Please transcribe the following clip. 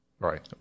Right